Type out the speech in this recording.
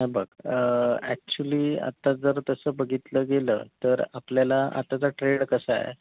हे बघ ॲक्च्युली आत्ता जर तसं बघितलं गेलं तर आपल्याला आताचा ट्रेंड कसा आहे